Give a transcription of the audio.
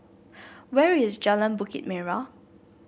where is Jalan Bukit Merah